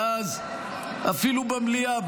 ואז אפילו במליאה,